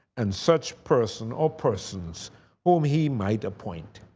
and such person or persons whom he might appoint.